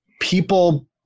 people